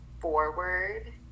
forward